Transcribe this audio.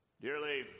Dearly